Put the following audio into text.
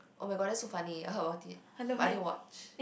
oh-my-god that's so funny I heard about it but I didn't watch